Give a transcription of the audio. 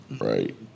Right